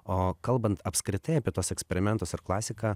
o kalbant apskritai apie tuos eksperimentus ir klasiką